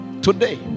Today